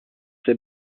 ses